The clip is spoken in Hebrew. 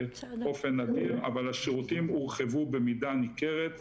אבל השירותים הורחבו במידה ניכרת.